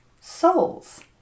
souls